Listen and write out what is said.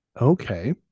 Okay